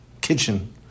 kitchen